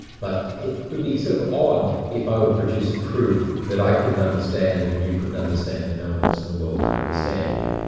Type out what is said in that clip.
but it would be sort of odd if i would produce a proof that i couldn't understand and you couldn't understand and no-one else in the world could understand.